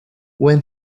when